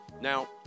Now